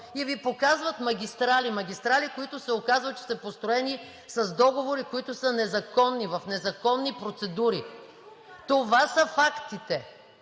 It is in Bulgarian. и Ви показват магистрали! Магистрали, които се оказва, че са построени с договори, които са в незаконни процедури. Това са фактите!